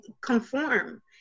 conform